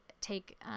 take